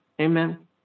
Amen